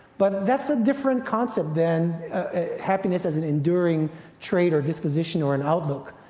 but that's a different concept than happiness as an enduring trait, or disposition, or an outlook.